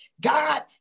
God